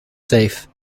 safe